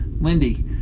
lindy